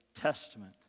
Testament